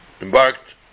embarked